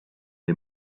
the